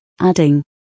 adding